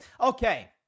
Okay